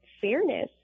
fairness